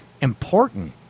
important